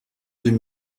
deux